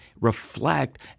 reflect